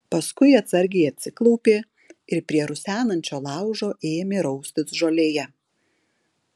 paskui atsargiai atsiklaupė ir prie rusenančio laužo ėmė raustis žolėje